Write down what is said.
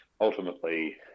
ultimately